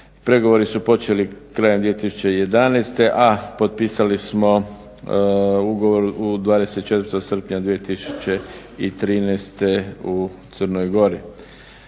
Pregovori su počeli krajem 2011., a potpisali smo ugovor 24. srpnja 2013. u Crnoj Gori.